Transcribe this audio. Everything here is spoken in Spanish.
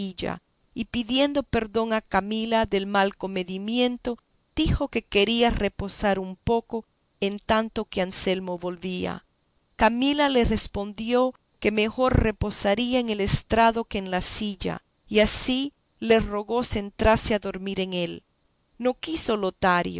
y pidiendo perdón a camila del mal comedimiento dijo que quería reposar un poco en tanto que anselmo volvía camila le respondió que mejor reposaría en el estrado que en la silla y así le rogó se entrase a dormir en él no quiso lotario y